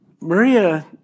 Maria